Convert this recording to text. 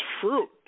fruit